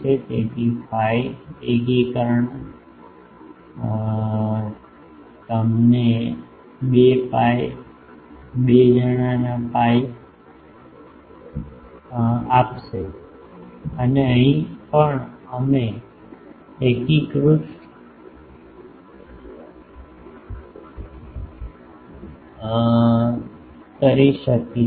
તેથી phi એકીકરણ તમને 2 પાઇ આપશે અને અહીં પણ તમે એકીકૃત કરી શકો છો